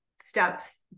steps